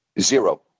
Zero